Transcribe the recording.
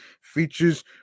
features